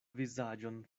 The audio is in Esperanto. vizaĝon